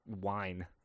wine